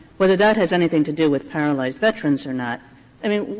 whether that has anything to do with paralyzed veterans or not i mean,